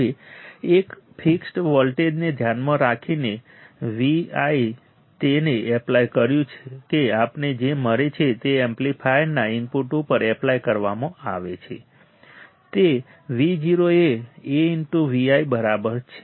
હવે એક ફિક્સ્ડ વોલ્ટેજને ધ્યાનમાં રાખીને Vi તેને એપ્લાય કર્યું કે આપણને જે મળે છે તે એમ્પ્લિફાયરના ઇનપુટ ઉપર એપ્લાય કરવામાં આવે છે તે Vo એ AVi બરાબર છે